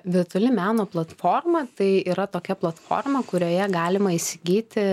virtuali meno platforma tai yra tokia platforma kurioje galima įsigyti